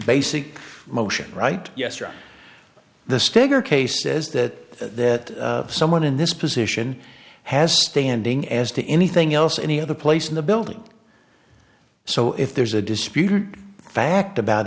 basic motion right yes or the stegner case says that someone in this position has standing as to anything else any other place in the building so if there's a disputed fact about